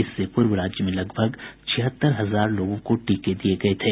इससे पूर्व राज्य में लगभग छिहत्तर हजार लोगों को टीके दिये गये थे